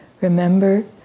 remember